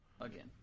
Again